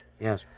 yes